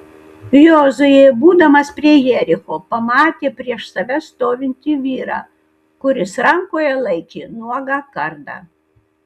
jozuė būdamas prie jericho pamatė prieš save stovintį vyrą kuris rankoje laikė nuogą kardą